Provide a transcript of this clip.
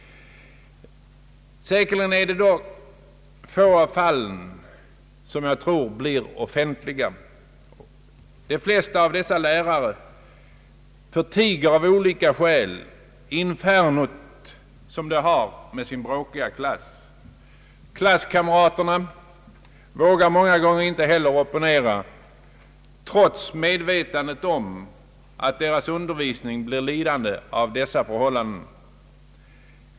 Säkerligen är det dock få av fallen som blir offentligen kända. De flesta av dessa lärare förtiger av olika skäl det inferno som de har med sin bråkiga klass. Klasskamraterna vågar många gånger inte heller opponera trots medvetandet om att undervisningen blir lidande av dessa förhållanden.